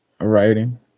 writing